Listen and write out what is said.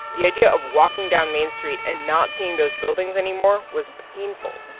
the idea of walking down main street and not seeing those buildings anymore was painful.